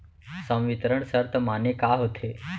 संवितरण शर्त माने का होथे?